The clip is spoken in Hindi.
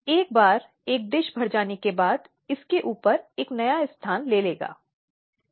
तो परिभाषा का दूसरा पक्ष दहेज के संबंध में उत्पीड़न की बात करता है